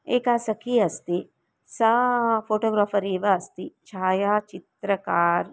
एका सखी अस्ति सा फ़ोटोग्राफ़र् एव अस्ति छायाचित्रकारिणी